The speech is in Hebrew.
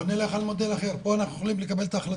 בואו נלך על מודל אחר פה בוועדה אנחנו יכולים לקבל את ההחלטה.